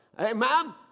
Amen